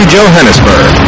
Johannesburg